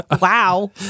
wow